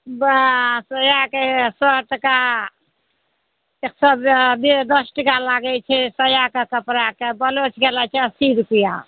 सायाके सओ टका एक सओ बे दस टका लागै छै सायाके कपड़ाके ब्लाउजके लागै छै अस्सी रुपैआ